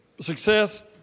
success